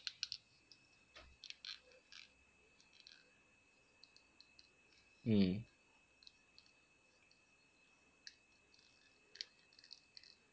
mm